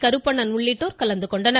கருப்பணன் உள்ளிட்டோர் கலந்து கொண்டனர்